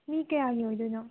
ꯃꯤ ꯀꯌꯥꯒꯤ ꯑꯣꯏꯗꯣꯏꯅꯣ